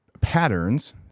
patterns